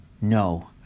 No